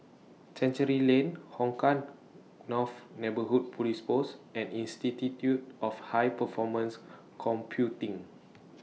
Chancery Lane Hong Kah North Neighbourhood Police Post and Institute of High Performance Computing